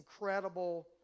incredible